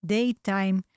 Daytime